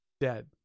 dead